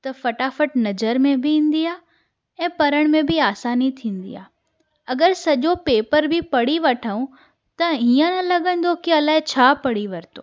त फटाफट नज़र में बि ईंदी आ्हे ऐं पढ़ण में बि आसानी थींदी आहे अगरि सॼो पेपर बि पढ़ी वठूं त ईअं न लॻंदो के अलाए छा पढ़ी वरितो